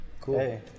cool